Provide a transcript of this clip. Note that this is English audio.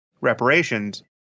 reparations